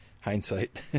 hindsight